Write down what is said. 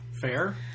Fair